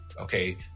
okay